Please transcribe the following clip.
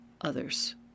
others